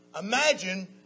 Imagine